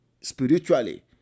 spiritually